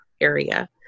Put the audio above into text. area